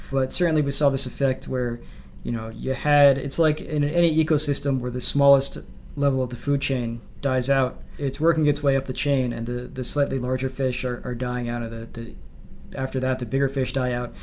but certainly we saw this effect where you know you had it's like in any ecosystem where the smallest level of the food chain dies out. it's working its way up the chain and the the slightly larger fish are are dying out of that. after that, the bigger fish die out.